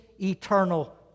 eternal